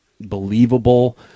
believable